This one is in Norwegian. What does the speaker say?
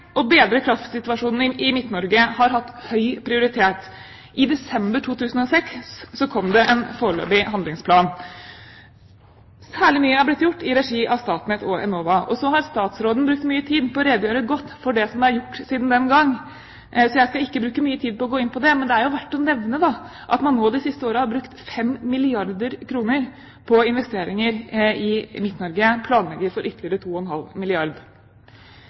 å bedre kraftsituasjonen i Midt-Norge har hatt høy prioritet. I desember 2006 kom det en foreløpig handlingsplan. Særlig mye er blitt gjort i regi av Statnett og Enova. Statsråden har brukt mye tid på å redegjøre godt for det som er gjort siden den gang, så jeg skal ikke bruke mye tid på å gå inn på det, men det er verdt å nevne at man nå de siste årene har brukt 5 milliarder kr på investeringer i Midt-Norge og planlegger for ytterligere 2,5